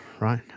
right